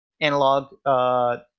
analog